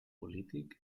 polític